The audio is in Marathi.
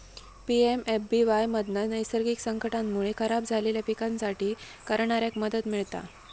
पी.एम.एफ.बी.वाय मधना नैसर्गिक संकटांमुळे खराब झालेल्या पिकांसाठी करणाऱ्याक मदत मिळता